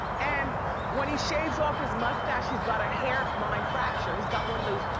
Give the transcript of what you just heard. and when he shaves off his mustache, he's got a hairline fracture. he's got one of those,